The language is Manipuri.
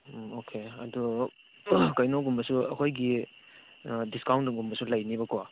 ꯎꯝ ꯑꯣꯀꯣ ꯑꯗꯨ ꯀꯩꯅꯣꯒꯨꯝꯕꯁꯨ ꯑꯩꯈꯣꯏꯒꯤ ꯗꯤꯁꯀꯥꯎꯟꯒꯨꯝꯕꯁꯨ ꯂꯩꯅꯤꯕꯀꯣ